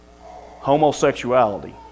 homosexuality